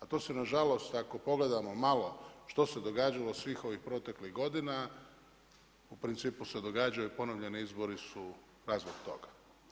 A to se nažalost ako pogledamo malo što se događalo svih proteklih godina u principu se događaju ponovljeni izbori su razvoj toga.